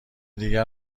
دیگر